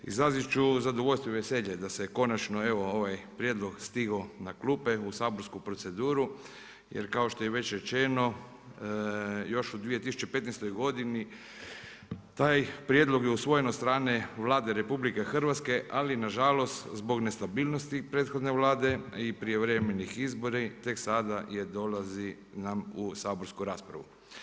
Izrazit ću zadovoljstvo i veselje da se konačno evo ovaj prijedlog stigo na klupe u saborsku proceduru jer kao što je već rečeno još u 2015. godini taj prijedlog je usvojen od strane Vlade RH, ali nažalost zbog nestabilnosti prethodne Vlade i prijevremeni izbori tek sada dolazi nam u saborsku raspravu.